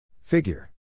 figure